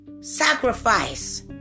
Sacrifice